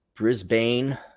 Brisbane